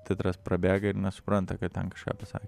titras prabėga ir nesupranta kad ten kažką pasakė